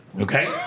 Okay